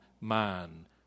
man